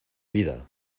vida